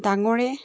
ডাঙৰে